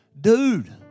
Dude